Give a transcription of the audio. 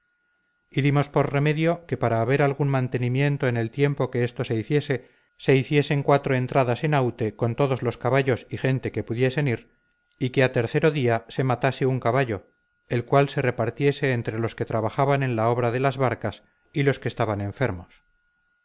y dimos por remedio que para haber algún mantenimiento en el tiempo que esto se hiciese se hiciesen cuatro entradas en aute con todos los caballos y gente que pudiesen ir y que a tercero día se matase un caballo el cual se repartiese entre los que trabajaban en la obra de las barcas y los que estaban enfermos